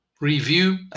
review